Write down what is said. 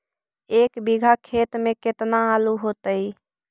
एक बिघा खेत में केतना आलू होतई?